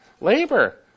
labor